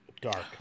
Dark